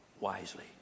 wisely